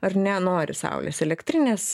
ar ne nori saulės elektrinės